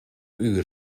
uur